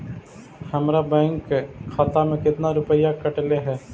हमरा बैंक खाता से कतना रूपैया कटले है?